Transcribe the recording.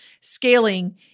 scaling